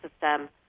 system